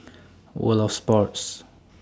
World of Sports